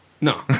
No